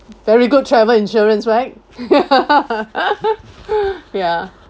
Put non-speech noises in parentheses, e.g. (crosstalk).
very good travel insurance right (laughs) ya